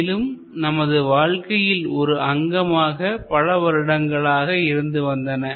மேலும் நமது வாழ்க்கையில் ஒரு அங்கமாக பல வருடங்களாக இருந்து வந்தன